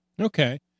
Okay